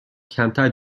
کمتر